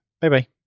Bye-bye